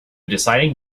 deciding